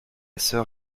soeur